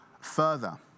further